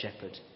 shepherd